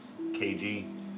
KG